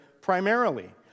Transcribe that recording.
primarily